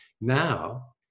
now